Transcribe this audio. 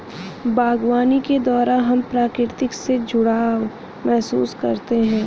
बागवानी के द्वारा हम प्रकृति से जुड़ाव महसूस करते हैं